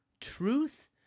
Truth